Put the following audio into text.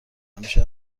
همیشه